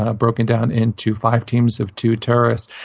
ah broken down into five teams of two terrorists.